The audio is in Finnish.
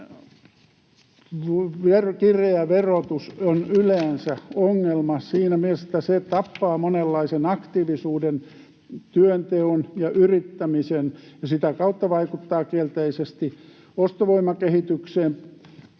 kireä verotus on yleensä ongelma siinä mielessä, että se tappaa monenlaisen aktiivisuuden, työnteon ja yrittämisen ja sitä kautta vaikuttaa kielteisesti ostovoimakehitykseen